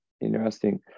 interesting